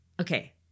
okay